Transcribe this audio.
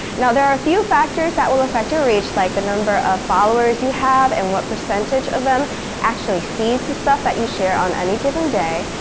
now, there are a few factors that will affect your reach, like the number of followers you have, and what percentage of them actually sees the stuff that you share on any given day,